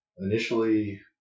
initially